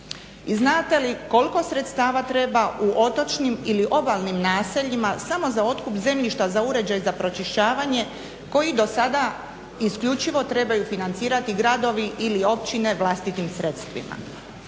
znate li koliko sredstava treba u otočnim ili obalnim naseljima samo za otkup zemljišta za uređaj za pročišćavanje koji do sada isključivo trebaju financirati gradovi ili općine vlastitim sredstvima?